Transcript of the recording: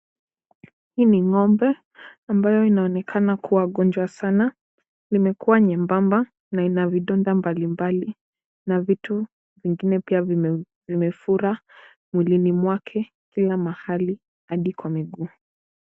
Huyu ni ng'ombe ambaye inaonekana kuwa gonjwa sana. Imekuwa nyembamba na ana vidonda mbalimbali na vitu vingine pia vimefura mwilini mwake kila mahali hadi kwa miguu.